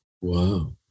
wow